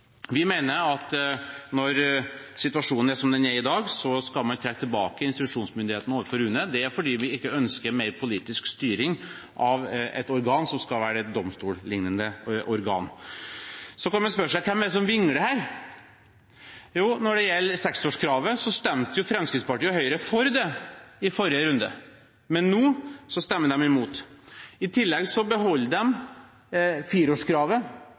Vi mener at når situasjonen er som den er i dag, skal man trekke tilbake instruksjonsmyndigheten overfor UNE. Det er fordi vi ikke ønsker mer politisk styring av et organ som skal være et domstollignende organ. Så kan man spørre seg: Hvem er det som vingler her? Når det gjelder seksårskravet, stemte Fremskrittspartiet og Høyre for det i forrige runde, men nå stemmer de imot. I tillegg beholder de fireårskravet